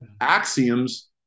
axioms